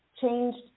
changed